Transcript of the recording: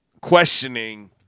questioning